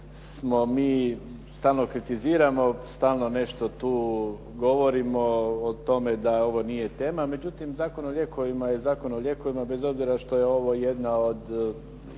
mi stalno kritiziramo, stalno nešto tu govorimo o tome da ovo nije tema. Međutim, Zakon o lijekovima je Zakon o lijekovima bez obzira što je ovo usklađenje